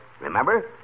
Remember